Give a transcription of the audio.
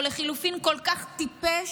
או לחלופין כל כך טיפש,